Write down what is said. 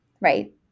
right